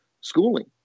schooling